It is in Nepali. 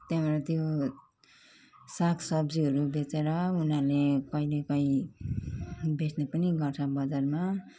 त्यहाँबाट त्यो सागसब्जीहरू बेचेर उनीहरूले कहिलेकाहीँ बेच्ने पनि गर्छ बजारमा